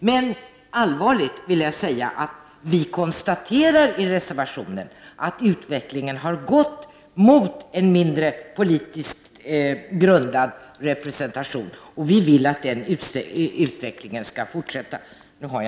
Jag vill allvarligt understryka att vi konstaterar i reservationen att utvecklingen har gått mot en mindre politiskt grundad representation, och vi vill att den utvecklingen skall fortsätta.